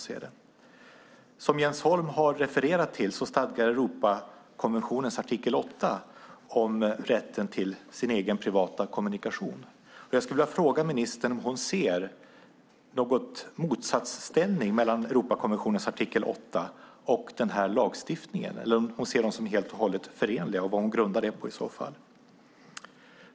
Som Jens Holm har konstaterat stadgar Europakonventionens artikel 8 rätten till en egen, privat kommunikation. Jag skulle vilja fråga ministern om hon ser någon motsatsställning mellan Europakonventionens artikel 8 och denna lagstiftning eller om hon ser dem som helt och håller förenliga och vad hon i så fall grundar det på.